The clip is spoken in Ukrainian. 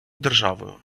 державою